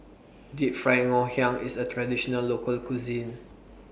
Deep Fried Ngoh Hiang IS A Traditional Local Cuisine